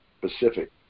Pacific